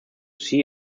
see